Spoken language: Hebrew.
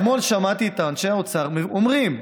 אתמול שמעתי את אנשי האוצר אומרים,